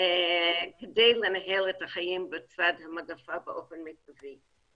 כדי לנהל את החיים בצד המגפה באופן מיטבי.